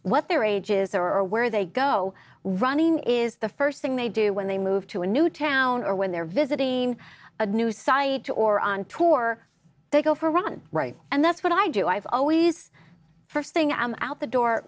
what their ages are or where they go running is the first thing they do when they move to a new town or when they're visiting a new site or on tour they go for a run right and that's what i do i've always first thing i'm out the door